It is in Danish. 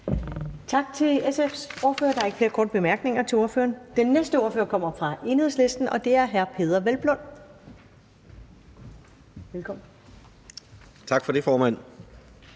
Tak til SF's ordfører. Der er ikke flere korte bemærkninger til ordføreren. Den næste ordfører kommer fra Enhedslisten, og det er hr. Peder Hvelplund. Velkommen. Kl. 20:19 (Ordfører)